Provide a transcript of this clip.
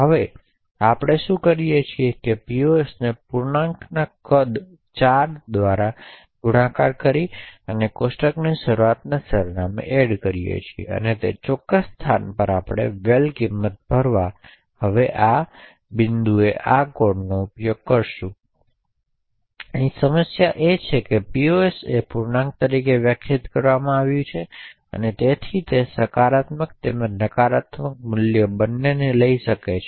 હવે આપણે શું આપણે POS ને પૂર્ણાંકોના કદ 4 દ્વારા ગુણાકાર કરી કોષ્ટકના શરૂઆતના સરનામે એડ કરીયે છીયે અને તે ચોક્કસ સ્થાન આપણે val કિંમત ભરવા હવે નબળાઈ આ બિંદુએ છે આ કોડની સમસ્યા એ છે કે pos એ પૂર્ણાંક તરીકે વ્યાખ્યાયિત કરવામાં આવ્યું છે અને તેથી તે સકારાત્મક તેમજ નકારાત્મક મૂલ્યો બંનેને લઈ શકે છે